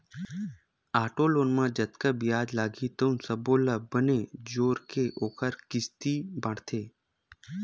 auto loan म जतका बियाज लागही तउन सब्बो ल बने जोरके ओखर किस्ती बाटथे